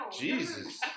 Jesus